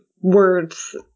words